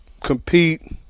compete –